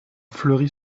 fleury